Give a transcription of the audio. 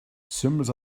symbols